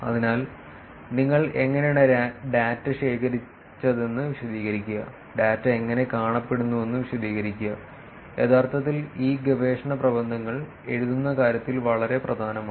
അതിനാൽ നിങ്ങൾ എങ്ങനെയാണ് ഡാറ്റ ശേഖരിച്ചതെന്ന് വിശദീകരിക്കുക ഡാറ്റ എങ്ങനെ കാണപ്പെടുന്നുവെന്ന് വിശദീകരിക്കുക യഥാർത്ഥത്തിൽ ഈ ഗവേഷണ പ്രബന്ധങ്ങൾ എഴുതുന്ന കാര്യത്തിൽ വളരെ പ്രധാനമാണ്